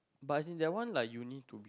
but as in that one like you need to